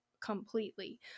completely